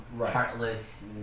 heartless